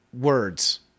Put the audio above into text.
words